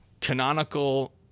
canonical